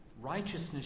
Righteousness